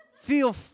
feel